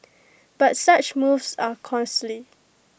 but such moves are costly